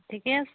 ঠিকে আছে